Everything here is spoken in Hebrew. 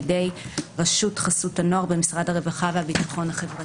רשות חסות הנוער במשרד הרווחה והביטחון החברתי"